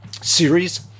series